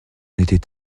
était